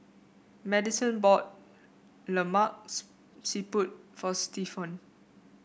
Madyson bought Lemak Siput for Stephon